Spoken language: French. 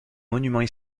monuments